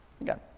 Again